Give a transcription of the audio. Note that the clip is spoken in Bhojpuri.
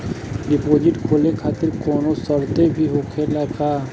डिपोजिट खोले खातिर कौनो शर्त भी होखेला का?